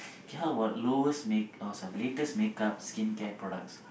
K how about lowest make uh sorry latest makeup skincare products